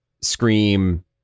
scream